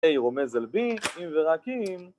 A רומז ל-B, אם ורק אם